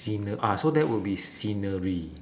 scene~ ah so that will be scenery